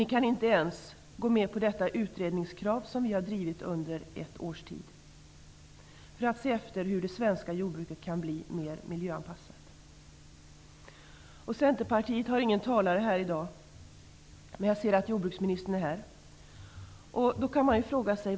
Ni kan inte ens gå med på det krav på en utredning av hur det svenska jordbruket kan bli mer miljöanpassat som vi socialdemokrater har drivit under ett års tid. Jag ser att jordbruksministern finns här i kammaren.